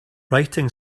writing